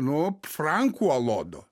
nu frankų alodo